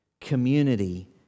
community